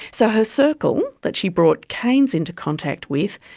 so her circle, that she brought keynes into contact with,